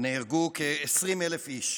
ונהרגו כ-20,000 איש.